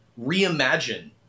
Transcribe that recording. reimagine